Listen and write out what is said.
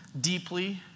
deeply